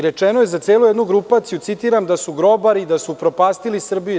Rečeno je za celu jednu grupaciju, citiram, da su grobari upropastili Srbiju itd.